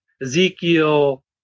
Ezekiel